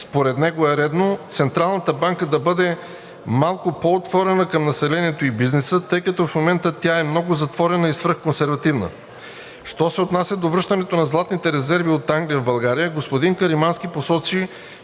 Според него е редно Централната банка да бъде малко по-отворена към населението и бизнеса, тъй като в момента тя е много затворена и свръхконсервативна. Що се отнася до връщането на златните резерви от Англия в България, господин Каримански посочи,